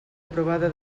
aprovada